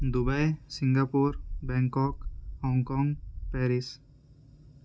Dubai Singapore Bangkok Hong Kong Paris